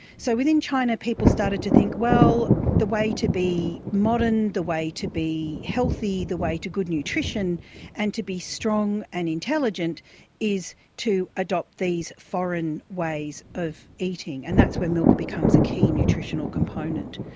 so within china people started to think, well, the way to be modern, the way to be healthy, the way to good nutrition and to be strong and intelligent is to adopt these foreign ways of eating. and that's when milk becomes a key nutritional component.